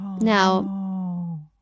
Now